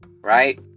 Right